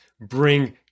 bring